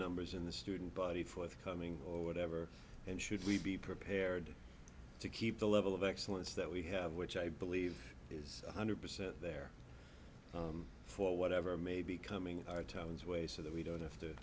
numbers in the student body forthcoming or whatever and should we be prepared to keep the level of excellence that we have which i believe is one hundred percent there for whatever may be coming our town's way so that we don't have to